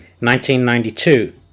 1992